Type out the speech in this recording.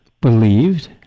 believed